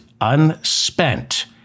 unspent